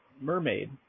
mermaid